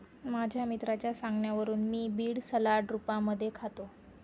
माझ्या मित्राच्या सांगण्यावरून मी बीड सलाड रूपामध्ये खातो